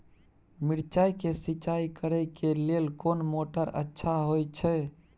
मिर्चाय के सिंचाई करे लेल कोन मोटर अच्छा होय छै?